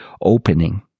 opening